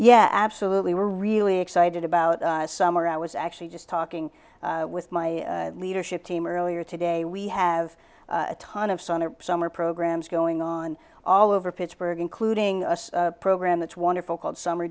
yeah absolutely we're really excited about summer i was actually just talking with my leadership team earlier today we have a ton of sun our summer programs going on all over pittsburgh including a program that's wonderful called summer